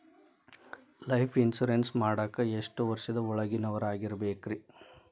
Life insurance ಮಾಡಾಕ ಎಷ್ಟು ವರ್ಷದ ಒಳಗಿನವರಾಗಿರಬೇಕ್ರಿ?